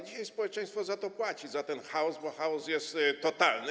Dzisiaj społeczeństwo za to płaci, za ten chaos, bo chaos jest totalny.